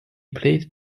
played